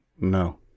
No